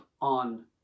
on